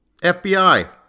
FBI